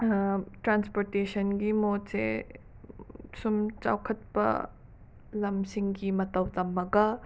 ꯇ꯭ꯔꯥꯟꯁꯄꯣꯔꯇꯦꯁꯟꯒꯤ ꯃꯣꯠꯁꯦ ꯁꯨꯝ ꯆꯥꯎꯈꯠꯄ ꯂꯝꯁꯤꯡꯒꯤ ꯃꯇꯧ ꯇꯝꯃꯒ